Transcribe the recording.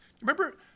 Remember